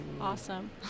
awesome